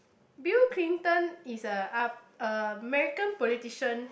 Bill-Clinton is a up uh American politician